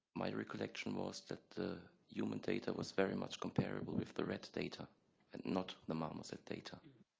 my recollection was that the human data was very much comparable with the rat data and not the marmoset data.